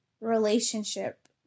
relationship